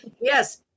Yes